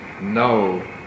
no